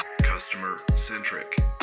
customer-centric